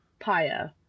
Paya